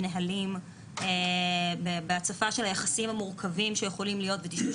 לנהלים ולהצפה של היחסים המורכבים שיכולים להיות וטשטוש